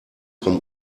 vom